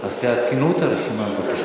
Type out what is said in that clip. תעדכנו את הרשימה.